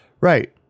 Right